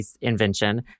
invention